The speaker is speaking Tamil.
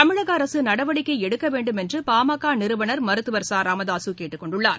தமிழக அரசு நடவடிக்கை எடுக்க வேண்டும் என்று பாமக நிறுவனர் மருத்துவர் ச ராமதாசு கேட்டுக்கொண்டுள்ளார்